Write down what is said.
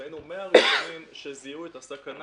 אבל היינו מהראשונים שזיהו את הסכנה